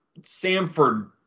Samford